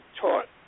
taught